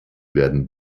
werden